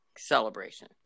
celebration